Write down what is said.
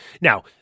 Now